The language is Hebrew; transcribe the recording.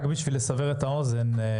רק בשביל לסבר את האוזן,